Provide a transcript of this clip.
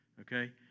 okay